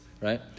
right